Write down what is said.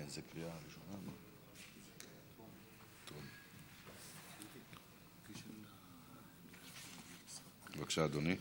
בבקשה, אדוני.